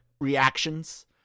reactions